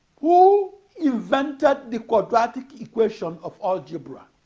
who invented the quadratic equation of algebra?